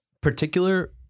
Particular